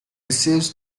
receives